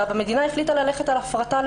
המדינה החליטה ללכת על הפרטה.